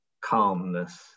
calmness